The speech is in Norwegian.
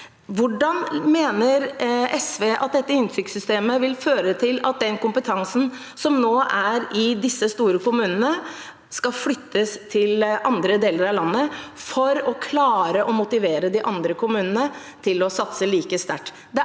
Hvordan mener SV at dette inntektssystemet vil føre til at den kompetansen som nå er i disse store kommunene, skal flyttes til andre deler av landet for å klare å motivere de andre kommunene til å satse like sterkt?